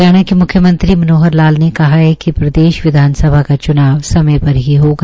हरियाणा के म्ख्यमंत्री मनोहर लाल ने कहा है कि प्रदेश विधानसभा का च्नाव समय पर ही होगा